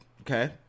Okay